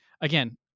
Again